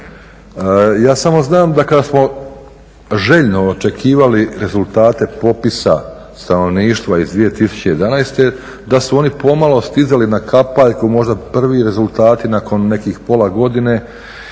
Ja samo znam da kada smo željno očekivali rezultate popisa stanovništva iz 2011.da su oni pomalo stizali na kapaljku, možda prvi rezultati nakon pola godine